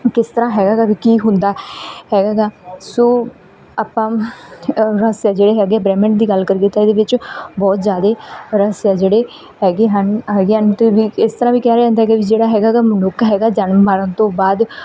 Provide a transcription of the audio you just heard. ਕਿਸ ਤਰ੍ਹਾਂ ਹੈਗਾ ਗਾ ਵੀ ਕੀ ਹੁੰਦਾ ਹੈਗਾ ਗਾ ਸੋ ਆਪਾਂ ਰਹੱਸ ਜਿਹੜੇ ਹੈਗੇ ਬ੍ਰਹਿਮੰਡ ਦੀ ਗੱਲ ਕਰੀਏ ਤਾਂ ਇਹਦੇ ਵਿੱਚ ਬਹੁਤ ਜ਼ਿਆਦਾ ਰਹੱਸ ਜਿਹੜੇ ਹੈਗੇ ਹਨ ਹੈਗੇ ਹਨ ਅਤੇ ਵੀ ਇਸ ਤਰ੍ਹਾਂ ਵੀ ਕਿਹਾ ਜਾਂਦਾ ਕਿ ਵੀ ਜਿਹੜਾ ਹੈਗਾ ਗਾ ਮਨੁੱਖ ਹੈਗਾ ਜਨਮ ਮਰਨ ਤੋਂ ਬਾਅਦ